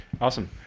Awesome